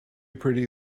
pretty